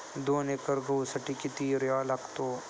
दोन एकर गहूसाठी किती युरिया लागतो?